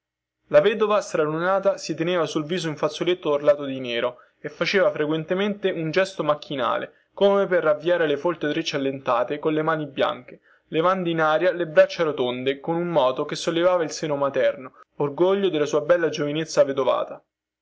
la vedova stralunata si teneva sul viso il fazzoletto orlato di nero e faceva frequentemente un gesto macchinale come per ravviare le folte trecce allentate colle mani bianche levando in aria le braccia rotonde con un moto che sollevava il seno materno orgoglio della sua bella giovinezza vedovata